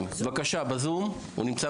חיים בזום, הוא נמצא